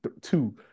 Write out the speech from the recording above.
two